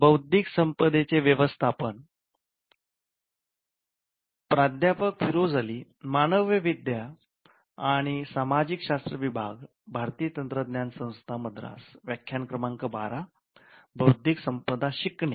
बौद्धिक संपदा शिकणे